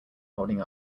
holding